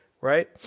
right